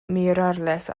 mirarles